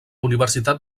universitat